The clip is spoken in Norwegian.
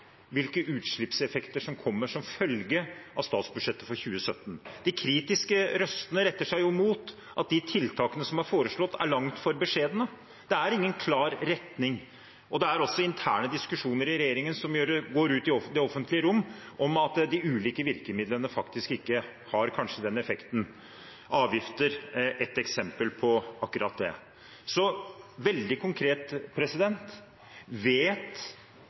hvilke utslippseffekter som kommer som følge av statsbudsjettet for 2017. De kritiske røstene retter seg mot at de tiltakene som er foreslått, er altfor beskjedne. Det er ingen klar retning. Det er også interne diskusjoner i regjeringen som når ut i det offentlige rom om at de ulike virkemidlene kanskje ikke har den effekten. Avgifter er et eksempel på akkurat det. Så – veldig konkret: Vet